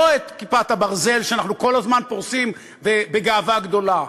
לא את "כיפת ברזל" שאנחנו כל הזמן פורסים בגאווה גדולה,